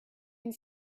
and